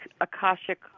Akashic